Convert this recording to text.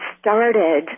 started